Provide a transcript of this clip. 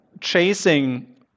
chasing